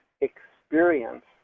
experience